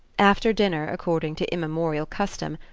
after dinner, according to immemorial custom,